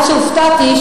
עד שהופתעתי.